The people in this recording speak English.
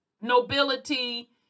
nobility